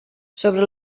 sobre